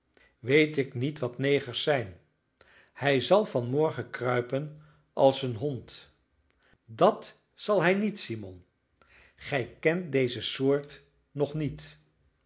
weet ik niet wat negers zijn hij zal van morgen kruipen als een hond dat zal hij niet simon gij kent deze soort nog niet